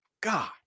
God